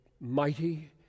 mighty